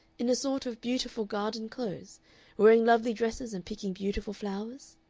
in a sort of beautiful garden-close wearing lovely dresses and picking beautiful flowers?